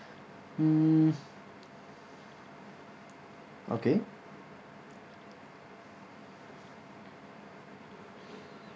mm okay